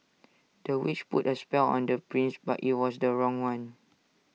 the witch put A spell on the prince but IT was the wrong one